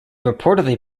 reportedly